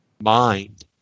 mind